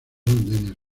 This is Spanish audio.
andenes